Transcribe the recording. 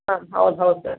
ಹಾಂ ಹೌದು ಹೌದು ಸರ್